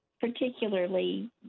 particularly